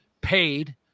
paid